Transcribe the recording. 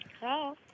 Hello